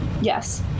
Yes